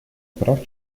прав